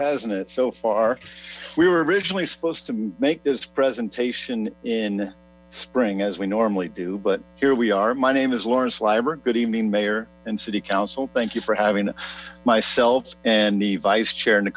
hasn't it so far we were originally supposed to make this presentation in spring as we normally do but here we are my name is lawrence labure mayor and city council thank you for having myself and the vise chair